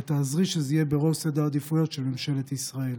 ותעזרי שזה יהיה בראש סדר העדיפויות של ממשלת ישראל.